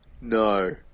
no